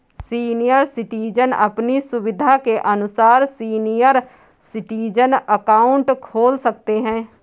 senior citizen अपनी सुविधा के अनुसार सीनियर सिटीजन अकाउंट खोल सकते है